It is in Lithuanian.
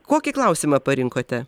kokį klausimą parinkote